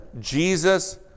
Jesus